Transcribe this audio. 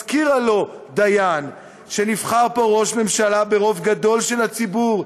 הזכירה לו דיין שנבחר פה ראש ממשלה ברוב גדול של הציבור,